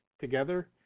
together